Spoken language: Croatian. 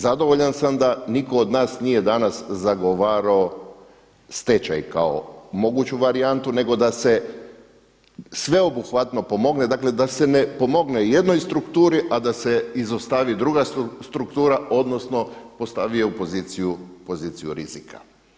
Zadovoljan sam da niko od nas nije danas zagovarao stečaj kao moguću varijantu nego da se sveobuhvatno pomogne, dakle da se ne pomogne jednoj strukturi, a da se izostavi druga struktura odnosno postavi je u poziciju rizika.